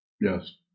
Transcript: Yes